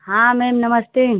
हाँ मैम नमस्ते